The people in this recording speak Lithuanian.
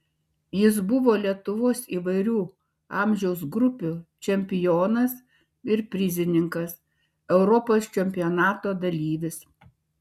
jis buvo lietuvos įvairių amžiaus grupių čempionas ir prizininkas europos čempionato dalyvis